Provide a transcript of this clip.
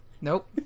nope